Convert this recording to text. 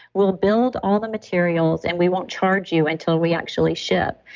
we'll build all the materials and we won't charge you until we actually ship.